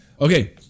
Okay